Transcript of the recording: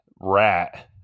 rat